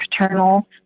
paternal